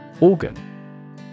Organ